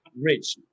rich